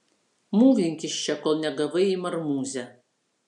mūvink iš čia kol negavai į marmūzę